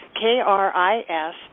K-R-I-S